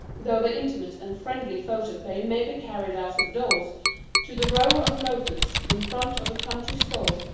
though the intimate-and-friendly photoplay may be carried out of doors to the row of loafers in front of the country store,